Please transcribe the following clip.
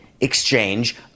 exchange